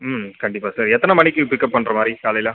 ம் கண்டிப்பாக சரி எத்தனை மணிக்கு பிக்கப் பண்ணுற மாதிரி காலையில்